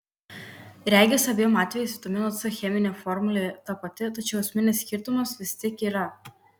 regis abiem atvejais vitamino c cheminė formulė ta pati tačiau esminis skirtumas vis tik yra